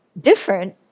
different